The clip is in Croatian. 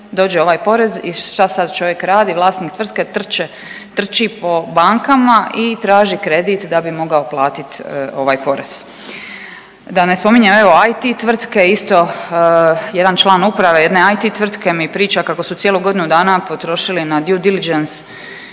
dođe ovaj porez i šta sad da čovjek radi? Vlasnik tvrtke trči po bankama i traži kredit da bi mogao platiti ovaj porez. Da ne spominjem evo IT tvrtke isto jedan član uprave jedne IT tvrtke mi priča kako su cijelu godinu dana potrošili na Due Diligence